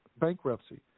bankruptcy